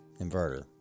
inverter